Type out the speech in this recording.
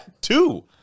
two